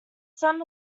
son